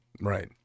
Right